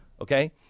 Okay